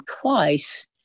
twice